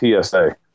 TSA